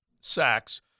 sacks